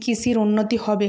কিষির উন্নতি হবে